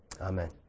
Amen